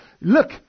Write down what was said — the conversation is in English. look